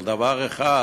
אבל דבר אחד